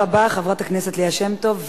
תודה רבה לחברת הכנסת ליה שמטוב.